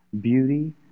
beauty